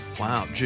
Wow